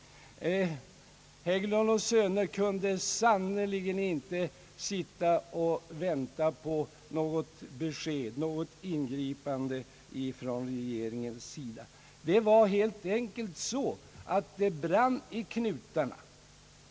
Hägglund & söner kunde sannerligen inte sitta och vänta på besked om något ingripande från regeringen. Det brann helt enkelt i knutarna.